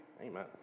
amen